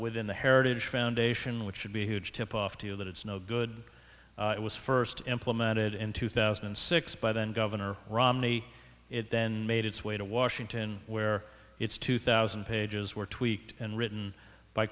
within the heritage foundation which should be huge tipoff to you that it's no good it was first implemented in two thousand and six by then governor romney it then made its way to washington where its two thousand pages were tweaked and written by